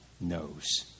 knows